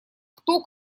кто